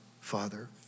Father